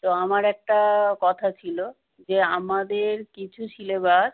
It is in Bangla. তো আমার একটা কথা ছিল যে আমাদের কিছু সিলেবাস